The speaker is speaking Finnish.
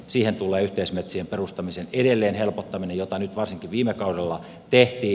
siihen tulee yhteismetsien perustamisen edelleen helpottaminen jota varsinkin viime kaudella tehtiin